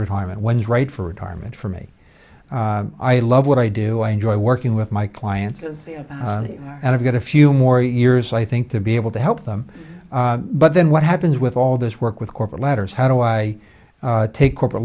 retirement when is right for retirement for me i love what i do i enjoy working with my clients and i've got a few more years i think to be able to help them but then what happens with all this work with corporate ladders how do i take corporate